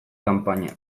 kanpaina